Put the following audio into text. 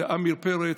ועמיר פרץ,